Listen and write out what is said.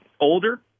older